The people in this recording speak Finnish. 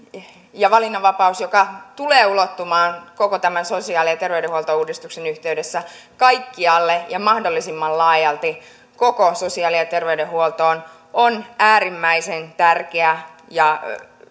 ja valinnanvapaus joka tulee ulottumaan koko tämän sosiaali ja terveydenhuoltouudistuksen yhteydessä kaikkialle ja mahdollisimman laajalti koko sosiaali ja terveydenhuoltoon on äärimmäisen tärkeä ja